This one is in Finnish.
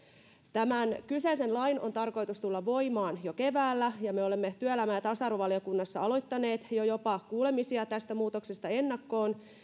tämän kyseisen lain on tarkoitus tulla voimaan jo keväällä ja me olemme työelämä ja tasa arvovaliokunnassa aloittaneet jo jopa kuulemisia tästä muutoksesta ennakkoon